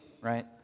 right